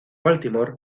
baltimore